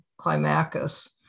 Climacus